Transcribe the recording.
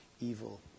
evil